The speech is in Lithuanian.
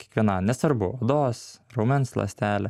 kiekviena nesvarbu odos raumens ląstelė